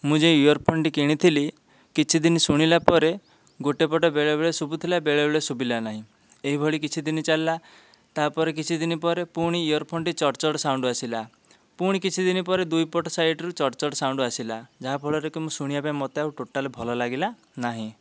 ମୁଁ ଯେଉଁ earphone ଟି କିଣିଥିଲି କିଛି ଦିନ ଶୁଣିଲା ପରେ ଗୋଟିଏ ପଟ ବେଳେବେଳେ ସୁଭୁଥିଲା ବେଳେବେଳେ ସୁଭିଲାନାହିଁ ଏଇ ଭଳି କିଛି ଦିନ ଚାଲିଲା ତାପରେ କିଛି ଦିନ ପରେ ପୁଣି ଇୟର ଫୋନ୍ ଟି ଚଡ଼ ଚଡ଼ ସାଉଣ୍ଡ ଆସିଲା ପୁଣି କିଛି ଦିନ ପରେ ଦୁଇ ପଟ ସାଇଟ ରୁ ଚଡ଼ ଚଡ଼ ସାଉଣ୍ଡ ଆସିଲା ଯାହାଫଳରେ କି ମୁଁ ଶୁଣିବା ପାଇଁ ମୋତେ ଆଉ ଟୋଟାଲ ଭଲ ଲାଗିଲା ନାହିଁ